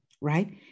right